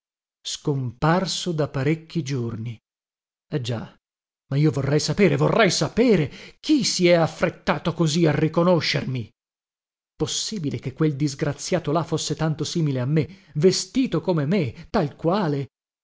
scomparso da parecchi giorni eh già ma io vorrei sapere vorrei sapere chi si è affrettato così a riconoscermi possibile che quel disgraziato là fosse tanto simile a me vestito come me tal quale